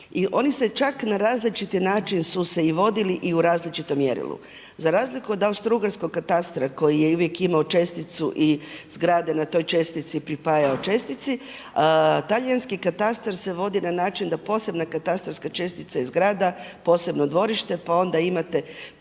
I oni se čak na različiti način su se i vodili i u različitom mjerilu. Za razliku od austrougarskog katastra koji je uvijek imao česticu i zgrade na toj čestici pripajaju čestici, talijanski katastar se vodi na način da posebna katastarska čestica i zgrada, posebno dvorište, pa onda imate